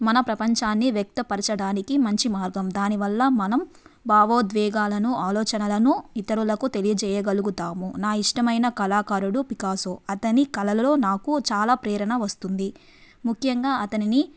మన ప్రపంచాన్ని వ్యక్తపరచడానికి మంచి మార్గం దానివల్ల మనం భావోద్వేగాలను ఆలోచనలను ఇతరులకు తెలియజేయగలుగుతాము నా ఇష్టమైన కళాకారుడు పికాసో అతని కళలలో నాకు చాలా ప్రేరణ వస్తుంది ముఖ్యంగా అతని